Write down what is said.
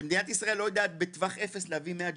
שמדינת ישראל לא יודעת בטווח אפס להביא 100 ג'יפים.